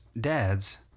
dads